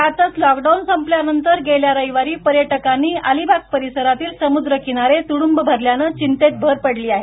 त्यातच लॉकडाऊन संपल्यानंतर गेल्या रविवारी पर्यटकांनी अलिबाग परिसरातील समुद्र किनारे तुडुंब भरल्याने चिंतेत भर पडली आहे